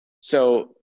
So-